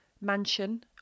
mansion